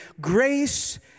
grace